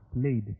played